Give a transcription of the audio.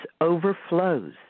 overflows